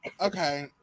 okay